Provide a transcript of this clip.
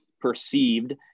perceived